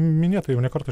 minėta jau ne kartą